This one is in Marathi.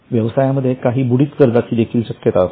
व्यवसायामध्ये काही बुडीत कर्जाची देखील शक्यता असते